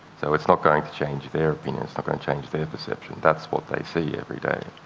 so it's not going to change their. you know it's not going to change their perception. that's what they see every day.